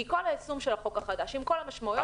כי כל היישום של החוק החדש עם כל המשמעויות שלו,